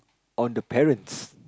on the parents